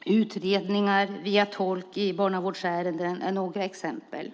och utredningar via tolk i barnavårdsärenden är några exempel.